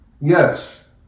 Yes